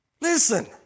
Listen